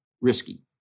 risky